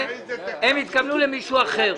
הם התכוונו למישהו אחר.